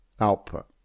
output